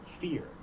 fear